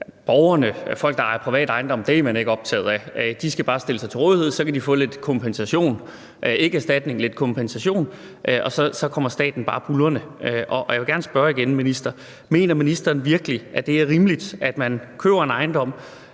altså folk, der ejer en privat ejendom, er man ikke optaget af. De skal bare stille sig til rådighed, og så kan de få lidt kompensation – ikke erstatning, men kompensation – og så kommer staten bare buldrende. Og jeg vil gerne spørge igen, minister: Mener ministeren virkelig, at det er rimeligt, når man køber en ejendom